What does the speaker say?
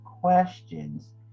questions